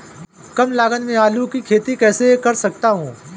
कम लागत में आलू की खेती कैसे कर सकता हूँ?